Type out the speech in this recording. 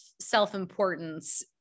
self-importance